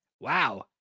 Wow